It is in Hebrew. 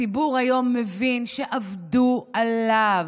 הציבור היום מבין שעבדו עליו,